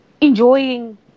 enjoying